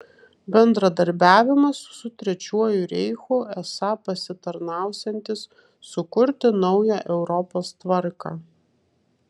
bendradarbiavimas su trečiuoju reichu esą pasitarnausiantis sukurti naują europos tvarką